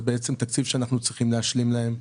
זה תקציב שאנחנו צריכים להשלים להם.